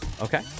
okay